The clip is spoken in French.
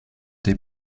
des